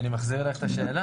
אני מחזיר אלייך את השאלה.